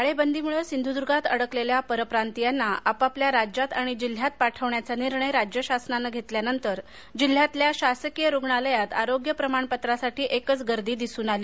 टाळेबंदी मुळे सिंधुदर्गात अडकलेल्या परप्रांतीयांना आपापल्या राज्यात आणि जिल्ह्यात पाठवण्याचा निर्णय राज्य शासनानं घेतल्यानंतर जिल्ह्यातल्या शासकीय रुग्णालयात आरोग्य प्रमाणपत्रासाठी एकच गर्दी दिसून आली